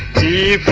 the